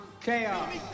chaos